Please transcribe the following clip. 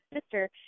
sister